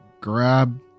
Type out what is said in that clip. grab